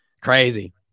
Crazy